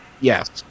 Yes